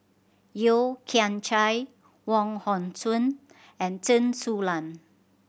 Yeo Kian Chye Wong Hong Suen and Chen Su Lan